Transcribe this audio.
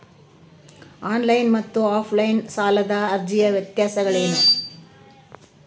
On line ಮತ್ತು offline ಸಾಲದ ಅರ್ಜಿಯ ವ್ಯತ್ಯಾಸಗಳೇನು?